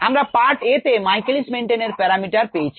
আমরা part a তে Michaelis Menten এর প্যারামিটার পেয়েছি